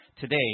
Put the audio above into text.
today